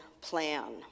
plan